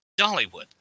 Dollywood